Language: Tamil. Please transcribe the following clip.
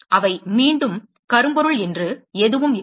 அவை மீண்டும் கரும்பொருள் என்று எதுவும் இல்லை